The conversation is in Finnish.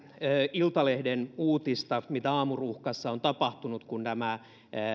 iltalehden uutista mitä aamuruuhkassa on tapahtunut kun nämä